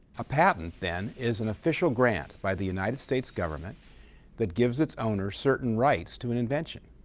a patent, then, is an official grant by the united states government that gives its owner certain rights to an invention.